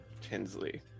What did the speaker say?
Tinsley